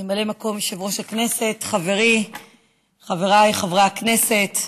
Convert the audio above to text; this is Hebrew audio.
ממלא מקום יושב-ראש הכנסת, חבריי חברי הכנסת,